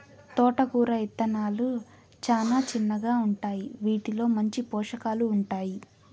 తోటకూర ఇత్తనాలు చానా చిన్నగా ఉంటాయి, వీటిలో మంచి పోషకాలు ఉంటాయి